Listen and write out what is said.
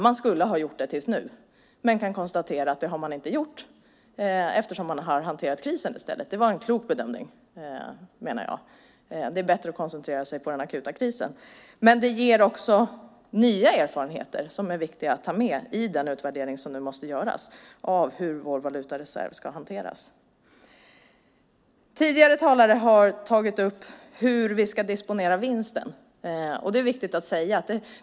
Man skulle ha gjort det till nu, men vi kan konstatera att det har man inte gjort eftersom man har hanterat krisen i stället. Det var en klok bedömning, menar jag. Det är bättre att koncentrera sig på den akuta krisen. Men det ger också nya erfarenheter som är viktiga att ta med i den utvärdering som nu måste göras av hur vår valutareserv ska hanteras. Tidigare talare har tagit upp hur vi ska disponera vinsten.